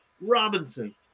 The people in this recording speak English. Robinson